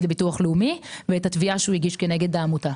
לביטוח לאומי ואת התביעה שהוא הגיש כנגד העמותה.